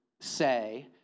say